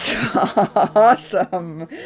awesome